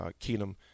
Keenum